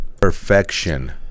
Perfection